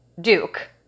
duke